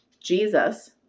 Jesus